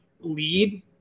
lead